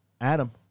Adam